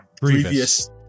previous